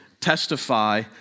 testify